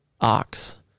ox